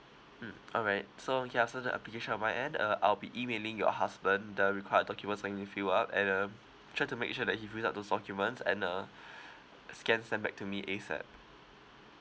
mm all right so we can the application on my end uh I'll be emailing your husband the required documents for him to fill up and um try to make sure that he fills up those documents and uh uh scan send back to me ASAP